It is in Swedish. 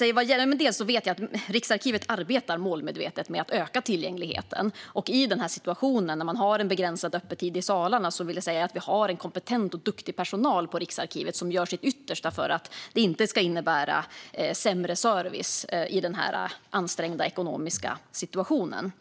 Jag vet att Riksarkivet målmedvetet arbetar med att öka tillgängligheten. I den här situationen där man har en begränsad öppettid i salarna vill jag säga att vi har kompetent och duktig personal på Riksarkivet som gör sitt yttersta för att det inte ska innebära sämre service i den här ekonomiskt ansträngda situationen.